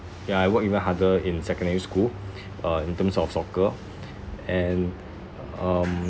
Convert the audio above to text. ya I work even harder in secondary school uh in terms of soccer and um